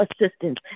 assistance